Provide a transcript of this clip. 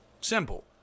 simple